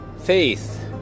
faith